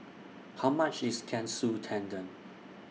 How much IS Katsu Tendon